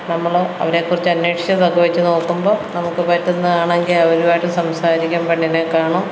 നമ്മള് അവരെക്കുറിച്ച് അന്വേഷിച്ചതൊക്കെ വച്ച് നോക്കുമ്പോള് നമുക്ക് പറ്റുന്നതാണെങ്കിൽ അവരുമായിട്ട് സംസാരിക്കാം പെണ്ണിനെ കാണും